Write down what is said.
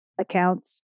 accounts